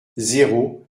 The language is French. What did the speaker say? zéro